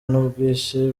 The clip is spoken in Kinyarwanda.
n’ubwinshi